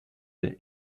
der